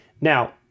Now